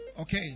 Okay